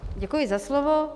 Děkuji za slovo.